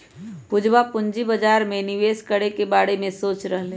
पूजवा पूंजी बाजार में निवेश करे के बारे में सोच रहले है